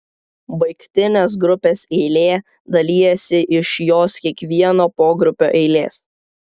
baigtinės grupės eilė dalijasi iš jos kiekvieno pogrupio eilės